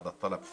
זו בקשה טכנית